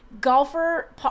Golfer